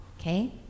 okay